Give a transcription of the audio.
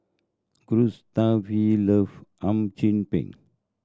Gustave love Hum Chim Peng